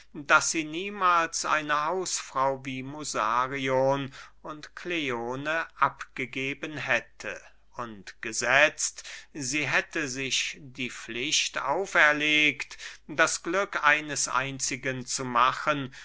daß sie niemahls eine hausfrau wie musarion und kleone abgegeben hätte und gesetzt sie hätte sich die pflicht auferlegt das glück eines einzigen zu machen